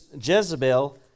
Jezebel